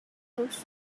post